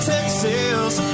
Texas